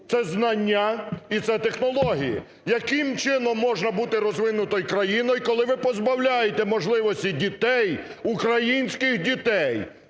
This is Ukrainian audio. Це знання і це технології. Яким чином можна бути розвинутою країною, коли ви позбавляєте можливості дітей, українських дітей,